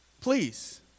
Please